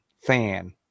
fan